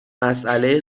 مسئله